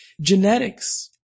Genetics